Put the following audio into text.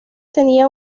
tenía